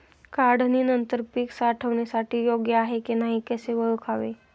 काढणी नंतर पीक साठवणीसाठी योग्य आहे की नाही कसे ओळखावे?